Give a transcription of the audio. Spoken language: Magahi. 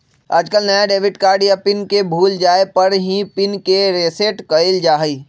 आजकल नया डेबिट कार्ड या पिन के भूल जाये पर ही पिन के रेसेट कइल जाहई